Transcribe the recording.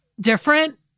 different